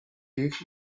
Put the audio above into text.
ich